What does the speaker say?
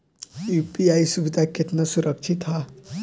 UPI सुविधा केतना सुरक्षित ह?